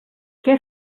què